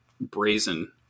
brazen